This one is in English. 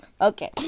Okay